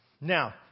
Now